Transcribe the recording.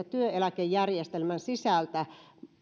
työeläkejärjestelmän sisältä